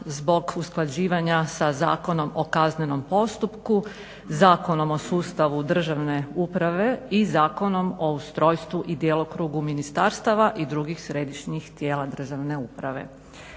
zbog usklađivanja sa Zakonom o kaznenom postupku, Zakonom o sustavu državne uprave i Zakonom o ustrojstvu i djelokrugu ministarstava i drugih središnjih tijela državne uprave.